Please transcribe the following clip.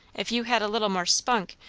if you had a little more spunk,